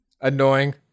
annoying